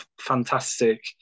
fantastic